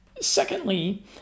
Secondly